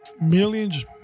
millions